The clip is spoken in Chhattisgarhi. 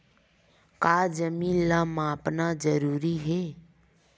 का जमीन ला मापना जरूरी हे?